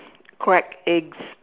crack eggs